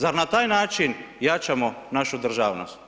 Zar na taj način jačamo našu državnost?